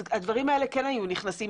הדברים האלה כן היו נכנסים.